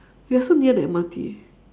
we are so near the M_R_T